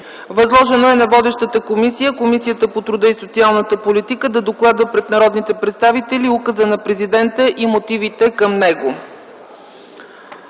Възложено е на водещата комисия - Комисията по труда и социалната политика, да докладва пред Народното събрание указа на президента и мотивите към него.